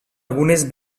algunes